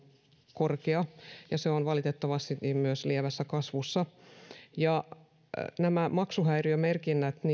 korkea ja se on valitettavasti myös lievässä kasvussa nämä maksuhäiriömerkinnäthän